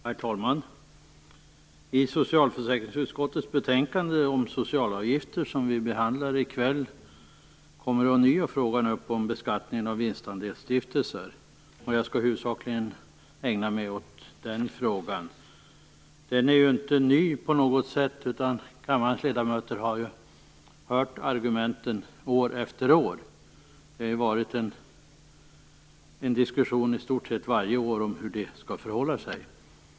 Herr talman! I socialförsäkringsutskottets betänkande om socialavgifter som vi behandlar i kväll kommer ånyo frågan om beskattningen av vinstandelsstiftelser upp. Jag skall huvudsakligen ägna mig åt den frågan. Den är inte ny på något sätt, utan kammarens ledamöter har hört argumenten år efter år. Det har varit en diskussion i stort sett varje år om hur det skall förhålla sig.